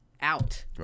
out